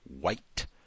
white